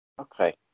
Okay